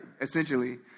essentially